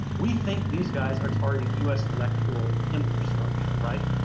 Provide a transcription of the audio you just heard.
we think these guys are targeting us electoral infrastructure, right?